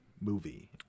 movie